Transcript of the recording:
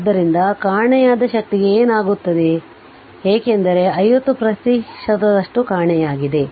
ಆದ್ದರಿಂದ ಕಾಣೆಯಾದ ಶಕ್ತಿಗೆ ಏನಾಗುತ್ತದೆ ಏಕೆಂದರೆ 50ಪ್ರತಿಶತದಷ್ಟು ಕಾಣೆಯಾಗಿದೆ